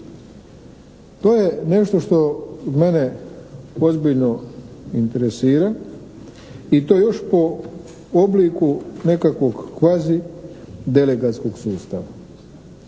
To je nešto što mene ozbiljno interesira i to još po obliku nekakvog kvazidelegatskog sustava.